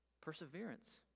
Perseverance